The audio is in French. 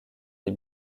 des